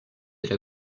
elle